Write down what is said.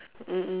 mm mm